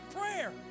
prayer